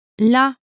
La